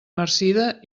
marcida